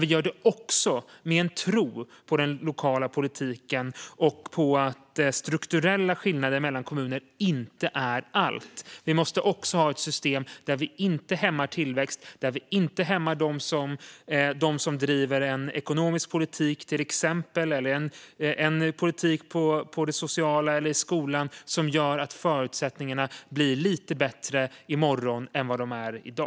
Vi gör det också med en tro på den lokala politiken och på att strukturella skillnader mellan kommuner inte är allt. Vi måste också ha ett system där vi inte hämmar vare sig tillväxt eller dem som driver en politik på det ekonomiska eller sociala området eller i skolan som gör att förutsättningarna blir lite bättre i morgon än vad de är i dag.